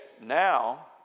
now